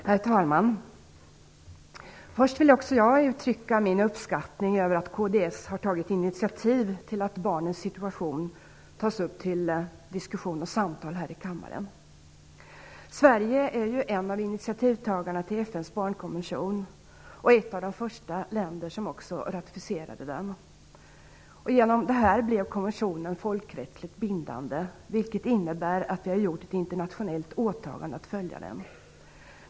Herr talman! Först vill också jag uttrycka min uppskattning av att kds har tagit initiativ till att barnens situation tas upp till diskussion och samtal här i kammaren. Sverige är ju en av initiativtagarna till FN:s barnkonvention och också ett av de första länder som ratificerade den. Därigenom blev konventionen folkrättsligt bindande, vilket innebär att vi har gjort ett internationellt åtagande att följa den.